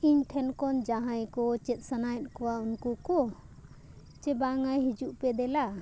ᱤᱧ ᱴᱷᱮᱱ ᱠᱷᱚᱱ ᱡᱟᱦᱟᱸᱭ ᱠᱚ ᱪᱮᱫ ᱥᱟᱱᱟᱭᱮᱫ ᱠᱚᱣᱟ ᱩᱱᱠᱩ ᱠᱚ ᱥᱮ ᱵᱟᱝᱼᱟ ᱦᱤᱡᱩᱜ ᱯᱮ ᱫᱮᱞᱟ